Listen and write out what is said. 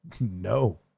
No